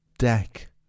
Deck